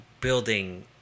building